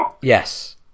Yes